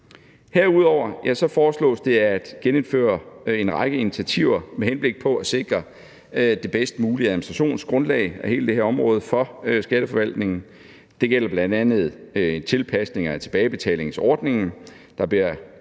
Herudover foreslås det at genindføre en række initiativer med henblik på at sikre det bedst mulige administrationsgrundlag af hele det her område for skatteforvaltningen. Det gælder bl.a. en tilpasning af tilbagebetalingsordningen. Det blev